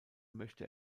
möchte